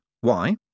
Why